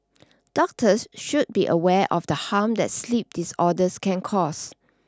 doctors should be aware of the harm that sleep disorders can cause